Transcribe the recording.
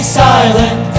silent